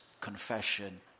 confession